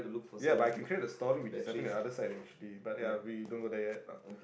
ya but I can create a story which is separate in other side but ya we don't go there yet